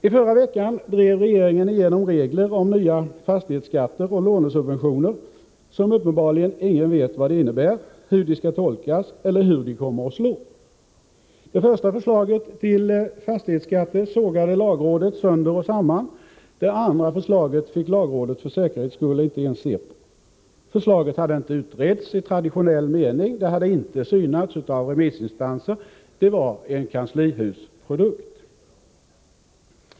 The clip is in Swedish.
I förra veckan drev regeringen igenom regler om nya fastighetsskatter och lånesubventioner som uppenbarligen ingen vet vad de innebär, hur de skall tolkas eller hur de kommer att slå. Det första förslaget till fastighetsskatter sågade lagrådet sönder och samman — det andra förslaget fick lagrådet för säkerhets skull inte ens se på. Förslaget hade inte utretts i traditionell mening, det hade inte synats av remissinstanser — det var en kanslihusprodukt.